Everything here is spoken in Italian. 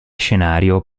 scenario